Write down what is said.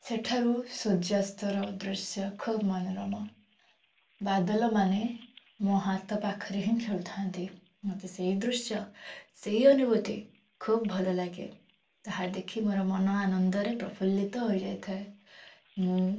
ସେଠାରୁ ସୁର୍ଯ୍ୟାସ୍ତର ଦୃଶ୍ୟ ଖୁବ୍ ମୋନରୋମା ବାଦଲ ମାନେ ମୋ ହାତ ପାଖରେ ହିଁ ଖେଳୁଥାଆନ୍ତି ମୋତେ ସେଇ ଦୃଶ୍ୟ ସେଇ ଅନୁଭୂତି ଖୁବ୍ ଭଲଲାଗେ ତାହା ଦେଖି ମୋର ମନ ଆନନ୍ଦରେ ପ୍ରଫୁଲ୍ଲିତ ହୋଇଯାଇଥାଏ ମୁଁ